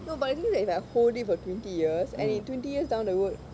no but the thing is that if I hold it for twenty years any twenty years down the road